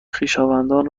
خویشاوندان